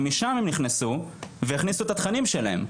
ומשם הם נכנסו והכניסו את התכנים שלהם.